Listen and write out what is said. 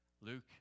Luke